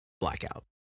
blackout